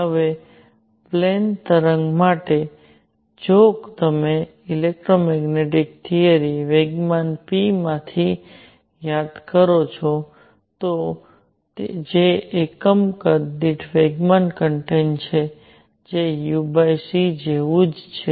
હવે પ્લેન તરંગ માટે જો તમે ઇલેક્ટ્રોમેગ્નેટિક થિયરી વેગમાન p માંથી યાદ કરો છો જે એકમ કદ દીઠ વેગમાન કન્ટેન્ટ છે તે uc જેવું જ છે